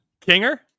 Kinger